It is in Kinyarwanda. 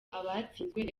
abatsinzwe